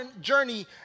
journey